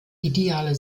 ideale